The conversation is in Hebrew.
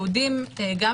יהודים אגב,